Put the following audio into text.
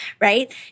right